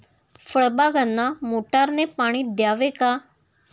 फळबागांना मोटारने पाणी द्यावे का?